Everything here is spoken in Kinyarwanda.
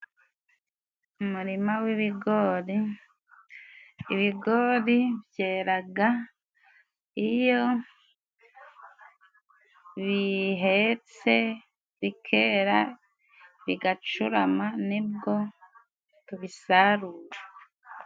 Umurima w'ibigori, ibigori byeraga iyo bihetse bikera bigacurama ni bwo tubisarura.